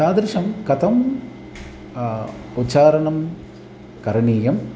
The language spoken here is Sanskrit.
तादृशं कथम् उच्चारणं करणीयम्